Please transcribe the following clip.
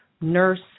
nurse